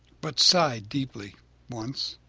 but sighed deeply once